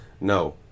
No